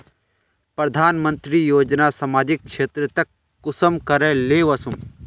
प्रधानमंत्री योजना सामाजिक क्षेत्र तक कुंसम करे ले वसुम?